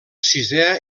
sisè